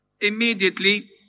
Immediately